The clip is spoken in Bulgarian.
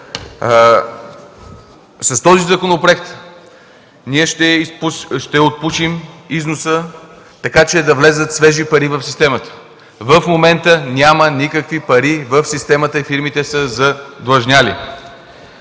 С този законопроект ние ще отпушим износа, така че да влязат свежи пари в системата – в момента няма никакви пари в нея и фирмите са задлъжнели.